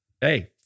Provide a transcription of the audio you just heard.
Hey